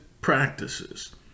practices